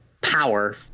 power